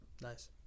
Nice